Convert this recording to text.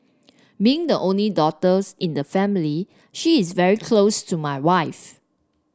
being the only daughters in the family she is very close to my wife